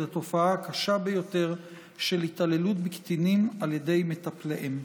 התופעה הקשה ביותר של התעללות בקטינים על ידי מטפליהם.